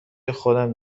خودم